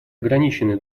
ограниченный